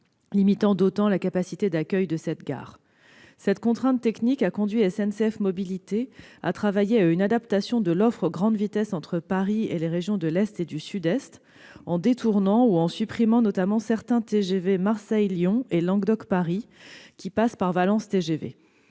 limitant d'autant la capacité d'accueil de cette gare. Cette contrainte technique a conduit SNCF Mobilités à travailler à une adaptation de l'offre grande vitesse entre Paris et les régions de l'Est et du Sud-Est, en détournant ou supprimant notamment certains TGV Marseille-Lyon et Languedoc-Paris desservant la gare de Valence-TGV.